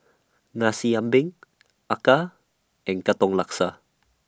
Nasi Ambeng Acar and Katong Laksa